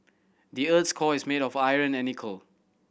the earth's core is made of iron and nickel